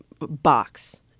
box